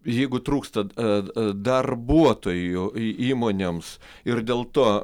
jeigu trūksta e e darbuotojų į įmonėms ir dėl to